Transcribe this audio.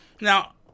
Now